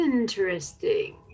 Interesting